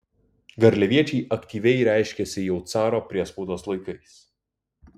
garliaviečiai aktyviai reiškėsi jau caro priespaudos laikais